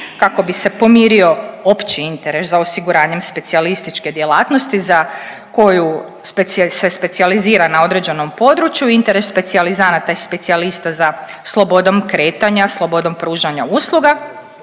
Kako bi se pomirio opći interes za osiguranjem specijalističke djelatnosti za koju se specijalizira na određenom području interes specijalizanata i specijalista za slobodom kretanja, slobodom pružanja usluga